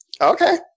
okay